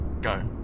go